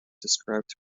described